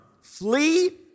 flee